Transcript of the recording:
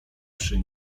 przy